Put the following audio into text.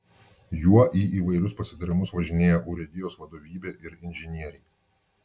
juo į įvairius pasitarimus važinėja urėdijos vadovybė ir inžinieriai